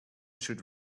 should